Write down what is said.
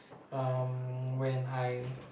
um when I'm